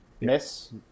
Miss